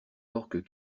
orques